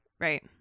Right